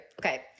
Okay